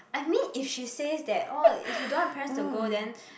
I mean if she says that oh if you don't want your parents to go then